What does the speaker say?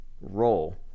role